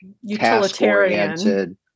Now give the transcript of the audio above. utilitarian